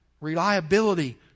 reliability